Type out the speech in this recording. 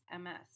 MS